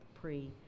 pre